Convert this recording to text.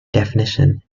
definition